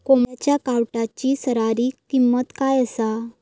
कोंबड्यांच्या कावटाची सरासरी किंमत काय असा?